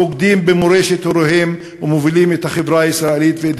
הבוגדים במורשת הוריהם ומובילים את החברה הישראלית ואת